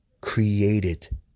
created